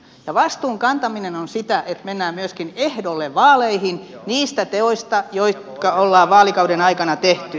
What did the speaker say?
ja vastuun kantaminen on sitä että mennään myöskin ehdolle vaaleihin niistä teoista jotka ollaan vaalikauden aikana tehty